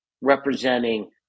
representing